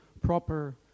proper